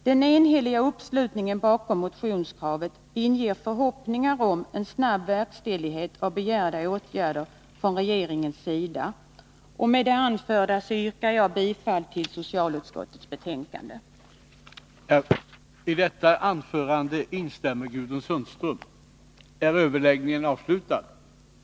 Den enhälliga uppslutningen bakom motionskravet inger förhoppningar om en snabb verkställighet av begärda åtgärder från regeringens sida. Med det anförda yrkar jag bifall till socialutskottets hemställan i betänkandet.